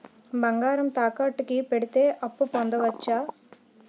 బంగారం తాకట్టు కి పెడితే అప్పు పొందవచ్చ?